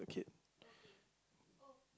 kid